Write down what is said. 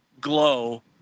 glow